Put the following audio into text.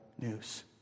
news